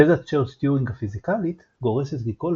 "תזת צ'רץ'-טיורינג הפיזיקלית" גורסת כי כל